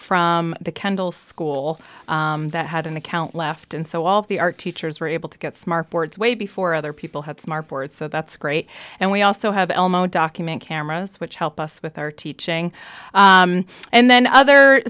from the kendall school that had an account left and so all the art teachers were able to get smart boards way before other people have smart boards so that's great and we also have elmo document cameras which help us with our teaching and then other